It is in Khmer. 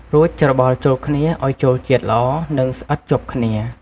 រួចច្របល់ចូលគ្នាឱ្យចូលជាតិល្អ និងស្អិតជាប់គ្នា។